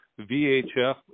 VHF